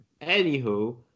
Anywho